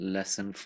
Lesson